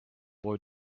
boy